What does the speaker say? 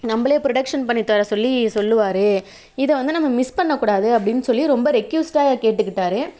நம்மளே வந்து ப்ரொடக்ஷன் பண்ணி தரச் சொல்லி சொல்லுவார் இது வந்து நம்ம மிஸ் பண்ணக் கூடாது அப்படினு சொல்லி ரொம்ப ரெக்கியூஸ்ட்டாக கேட்டுக்கிட்டார்